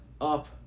up